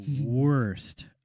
worst